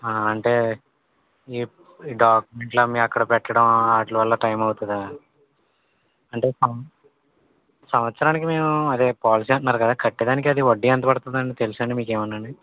ఆ అంటే ఎప్ ఈ డాక్యుమెంట్లన్నీ అక్కడ పెట్టడం ఆటిలవల్ల టైమ్ అవుతుందా అంటే సం సంవత్సరానికి మేము అదే పాలిసీ అంటున్నారు కదా కట్టడానికి అది వడ్డీ ఎంత పడతుందండి తెలుసా అండి మీకేమన్నా అండీ